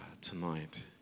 tonight